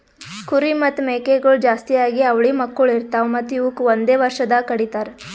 ಕುರಿ ಮತ್ತ್ ಮೇಕೆಗೊಳ್ ಜಾಸ್ತಿಯಾಗಿ ಅವಳಿ ಮಕ್ಕುಳ್ ಇರ್ತಾವ್ ಮತ್ತ್ ಇವುಕ್ ಒಂದೆ ವರ್ಷದಾಗ್ ಕಡಿತಾರ್